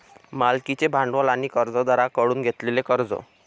मालकीचे भांडवल आणि कर्जदारांकडून घेतलेले कर्ज